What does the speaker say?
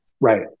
Right